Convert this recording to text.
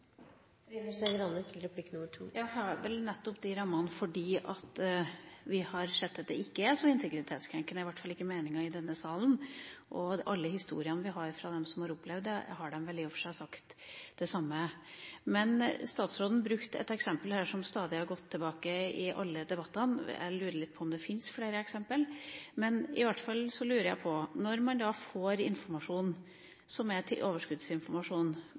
har vel nettopp de rammene fordi vi har sett at det ikke er så integritetskrenkende – i hvert fall ikke ut fra meninga i denne salen. I alle historiene vi har fra dem som har opplevd det, har det vel i og for seg blitt sagt det samme. Statsråden brukte et eksempel her som stadig har gått igjen i alle debattene. Jeg lurer litt på om det fins flere eksempler. I hvert fall lurer jeg på: Når man får overskuddsinformasjon, kan man ikke bruke den i en rettssak, men man kan vel bruke den til